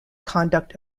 conduct